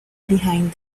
behind